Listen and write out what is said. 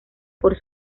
por